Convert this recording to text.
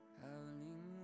howling